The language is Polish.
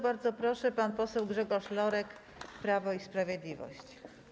Bardzo proszę, pan poseł Grzegorz Lorek, Prawo i Sprawiedliwość.